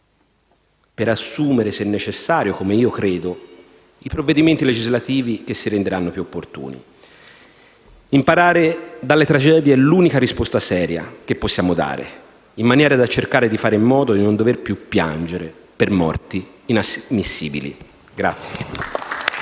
per assumere, se necessario, come credo, i provvedimenti legislativi che si renderanno più opportuni. Imparare dalle tragedie è l'unica risposta seria che possiamo dare per fare in modo di non dover più piangere per morti inammissibili.